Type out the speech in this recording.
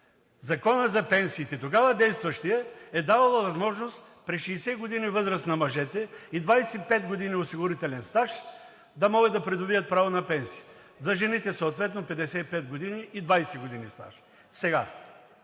Закон за пенсиите е давал възможност при 60 години възраст на мъжете и 25 години осигурителен стаж да могат да придобият право на пенсия, за жените съответно 55 години и 20 години стаж. Вижте